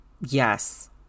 yes